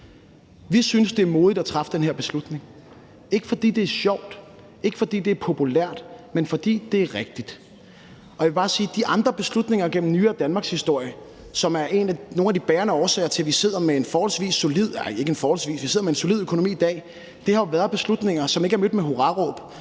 Vi synes, det er modigt at træffe den her beslutning, ikke fordi det er sjovt, ikke fordi det er populært, men fordi det er rigtigt. Jeg vil bare sige, at de andre beslutninger gennem nyere danmarkshistorie, som er nogle af de bærende årsager til, at vi sidder med en solid økonomi i dag, har jo været beslutninger, som ikke er blevet mødt med hurraråb.